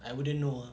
I wouldn't know ah